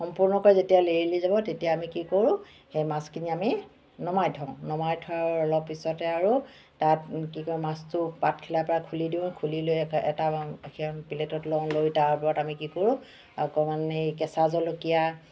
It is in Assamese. সম্পূৰ্ণকৈ যেতিয়া লেৰেলি যাব তেতিয়া আমি কি কৰো সেই মাছখিনি আমি নমাই থওঁ নমাই থওঁ অলপ পিছতে আৰু তাত কি কয় মাছটো পাতখিলা পৰা খুলি দিওঁ খুলিলৈ এ এটা এখন প্লে'টত লওঁ লৈ তাৰ ওপৰত আমি কি কৰো অকণমান এই কেঁচা জলকীয়া